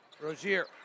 Rozier